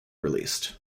released